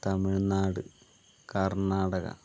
Tamil Nadu Karnataka